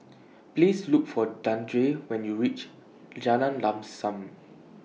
Please Look For Dandre when YOU REACH Jalan Lam SAM